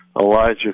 Elijah